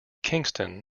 kingston